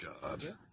God